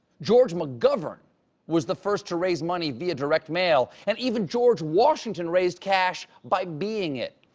george mcgovern was the first to raise money via direct mail and even george washington raised cash by being it.